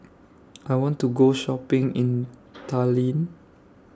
I want to Go Shopping in Tallinn